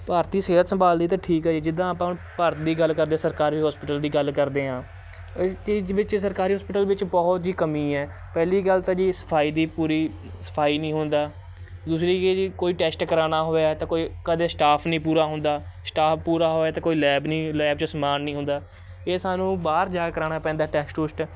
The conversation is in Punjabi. ਭਾਰਤੀ ਸਿਹਤ ਸੰਭਾਲ ਦੀ ਤਾਂ ਠੀਕ ਏ ਜਿੱਦਾਂ ਆਪਾਂ ਭਾਰਤ ਦੀ ਗੱਲ ਕਰਦੇ ਸਰਕਾਰੀ ਹੋਸਪੀਟਲ ਦੀ ਗੱਲ ਕਰਦੇ ਹਾਂ ਇਸ ਚੀਜ਼ ਵਿੱਚ ਸਰਕਾਰੀ ਹੋਸਪੀਟਲ ਵਿੱਚ ਬਹੁਤ ਜੀ ਕਮੀ ਹੈ ਪਹਿਲੀ ਗੱਲ ਤਾਂ ਜੀ ਸਫਾਈ ਦੀ ਪੂਰੀ ਸਫਾਈ ਨਹੀਂ ਹੁੰਦਾ ਦੂਸਰੀ ਕੀ ਜੀ ਕੋਈ ਟੈਸਟ ਕਰਾਣਾ ਹੋਵੇ ਤਾਂ ਕੋਈ ਕਦੇ ਸਟਾਫ ਨਹੀਂ ਪੂਰਾ ਹੁੰਦਾ ਸਟਾਫ ਪੂਰਾ ਹੋਏ ਅਤੇ ਕੋਈ ਲੈਬ ਨਹੀਂ ਲੈਬ 'ਚ ਸਮਾਨ ਨਹੀਂ ਹੁੰਦਾ ਇਹ ਸਾਨੂੰ ਬਾਹਰ ਜਾ ਕਰਾਣਾ ਪੈਂਦਾ ਟੈਸਟ ਟੁਸਟ